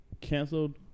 canceled